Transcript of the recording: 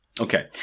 Okay